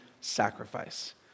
sacrifice